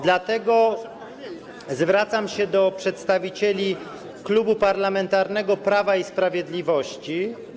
Dlatego zwracam się do przedstawicieli Klubu Parlamentarnego Prawo i Sprawiedliwość.